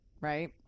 right